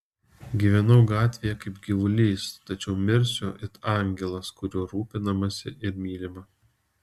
gyvenau gatvėje kaip gyvulys tačiau mirsiu it angelas kuriuo rūpinamasi ir mylima